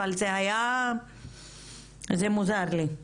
אבל זה מוזר לי.